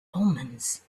omens